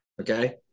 Okay